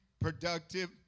productive